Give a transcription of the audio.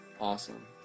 awesome